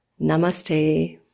namaste